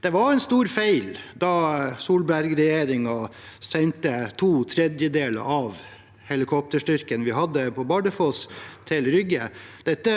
Det var en stor feil da Solberg-regjeringen sendte to tredjedeler av helikopterstyrken vi hadde på Bardufoss, til Rygge. Dette